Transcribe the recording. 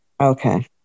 Okay